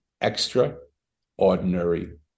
extra-ordinary